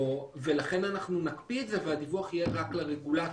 ולכן אנחנו נקפיא את זה והדיווח יהיה רק לרגולטור.